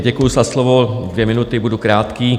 Děkuju za slovo dvě minuty, budu krátký.